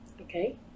Okay